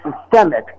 systemic